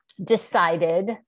decided